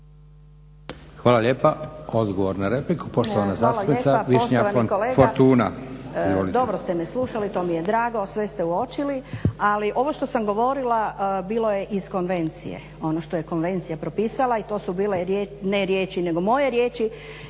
Hvala lijepa. Poštovani kolega dobro ste me slušali to mi je drago, sve ste uočili ali ovo što sam govorila bilo je iz konvencije. Ono što je konvencija propisala i to su bile riječi, ne riječi nego moje riječi